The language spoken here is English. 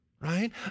right